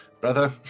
Brother